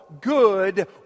good